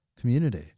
community